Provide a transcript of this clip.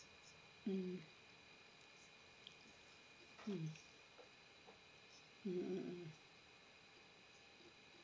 mm mm mm mm mm